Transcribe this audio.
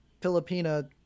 Filipina